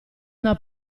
una